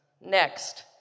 Next